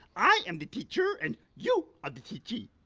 i am the teacher and you are the teachee.